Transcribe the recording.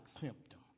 symptom